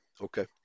Okay